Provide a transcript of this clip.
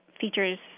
features